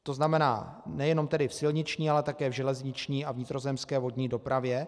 To znamená, nejenom v silniční, ale také v železniční a vnitrozemské vodní dopravě.